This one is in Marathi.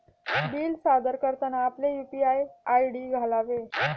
बिल सादर करताना आपले यू.पी.आय आय.डी घालावे